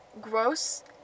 gross